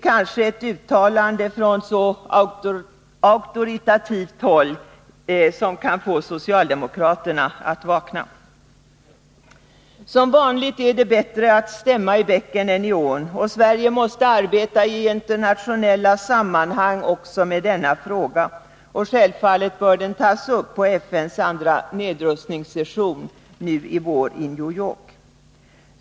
Kanske ett uttalande från så auktoritativt håll kan få socialdemokraterna att vakna. Men som vanligt är det bättre att stämma i bäcken än i ån. Sverige måste arbeta i internationella sammanhang också med denna fråga. Den bör självfallet tas upp på FN:s andra nedrustningssession nu i vår i New York.